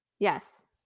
Yes